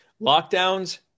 lockdowns